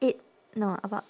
eight no about